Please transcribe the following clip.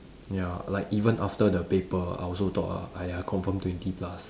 ya like even after the paper I also thought ah !aiya! confirm twenty plus